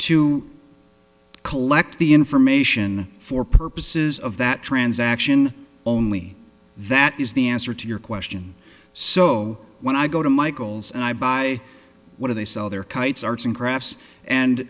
to collect the information for purposes of that transaction only that is the answer to your question so when i go to michaels and i buy what do they sell their kites arts and crafts